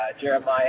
Jeremiah